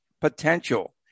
potential